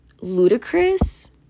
ludicrous